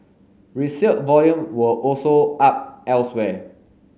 resale volume were also up elsewhere